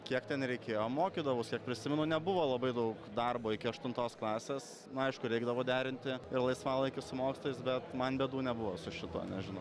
kiek ten reikėjo mokydavaus kiek prisimenu nebuvo labai daug darbo iki aštuntos klasės nu aišku reikdavo derinti ir laisvalaikį su mokslais bet man bėdų nebuvo su šituo nežinau